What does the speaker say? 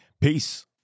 Peace